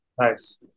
Nice